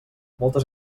moltes